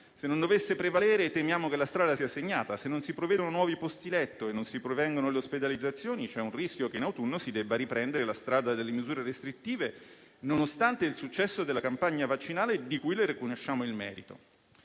Se non dovesse prevalere, temiamo che la strada sia segnata: se non si prevedono nuovi posti letto e non si prevengono le ospedalizzazioni, c'è il rischio che in autunno si debba riprendere la strada delle misure restrittive, nonostante il successo della campagna vaccinale, di cui le riconosciamo il merito.